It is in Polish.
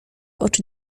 oczy